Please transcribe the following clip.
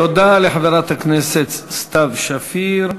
תודה לחברת הכנסת סתיו שפיר.